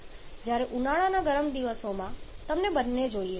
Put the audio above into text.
જ્યારે ઉનાળાના ગરમ દિવસોમાં તમને બંને જોઈએ છે